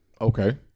Okay